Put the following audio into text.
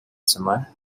somewhere